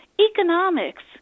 economics